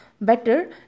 better